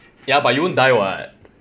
ya but you won't die [what]